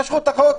משכו את החוק,